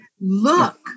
Look